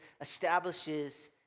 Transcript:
establishes